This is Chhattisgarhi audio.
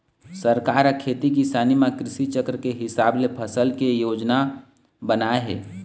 सरकार ह खेती किसानी म कृषि चक्र के हिसाब ले फसल ले के योजना बनाए हे